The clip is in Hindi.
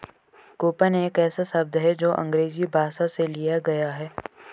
कूपन एक ऐसा शब्द है जो अंग्रेजी भाषा से लिया गया है